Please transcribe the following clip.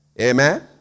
Amen